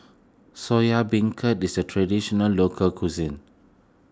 Soya Beancurd is a Traditional Local Cuisine